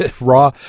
Raw